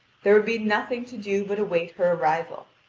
there would be nothing to do but await her arrival.